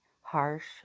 harsh